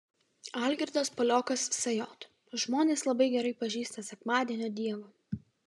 algirdas paliokas sj žmonės labai gerai pažįsta sekmadienio dievą